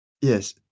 Yes